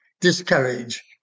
discourage